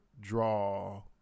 draw